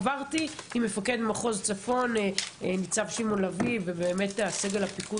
עברתי עם מפקד מחוז צפון ניצב שמעון לביא ועם סגל הפיקוד